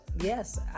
yes